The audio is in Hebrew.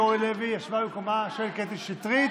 ואורלי לוי ישבה במקומה של קטי שטרית.